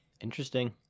interesting